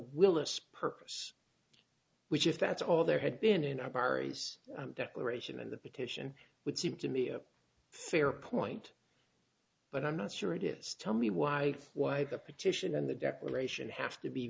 willis purpose which if that's all there had been in our barry's declaration and the petition would seem to me a fair point but i'm not sure it is tell me why why the petition on the declaration have to be